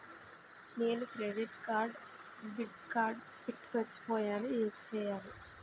నేను credit card debit card pin మర్చిపోయేను ఎం చెయ్యాలి?